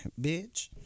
bitch